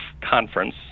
conference